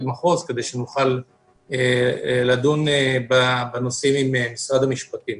מחוז כדי שנוכל לדון בנושאים עם משרד המשפטים.